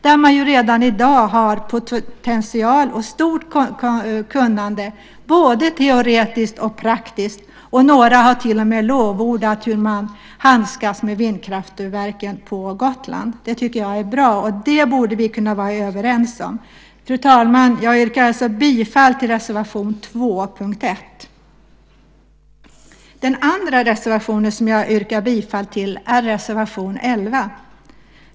Där har man redan i dag potential och stort kunnande både teoretiskt och praktiskt. Några har till och med lovordat hur man handskas med vindkraftverken på Gotland. Det tycker jag är bra. Det borde vi kunna vara överens om. Fru talman! Jag yrkar bifall till reservation 2 under punkt 1. Den andra reservationen som jag yrkar bifall till är reservation 11.